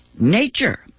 nature